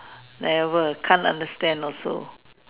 never can't understand also